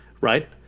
right